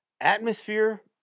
atmosphere